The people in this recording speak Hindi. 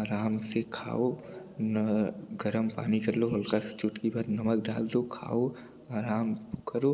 आराम से खाओ न गर्म पानी कर लो हल्का सा चुटकी भर नमक डाल दो खाओ आराम करो